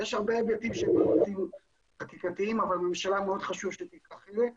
אז יש הרבה היבטים של --- חקיקתיים אבל הממשלה מאוד חשוב שתיקח חלק,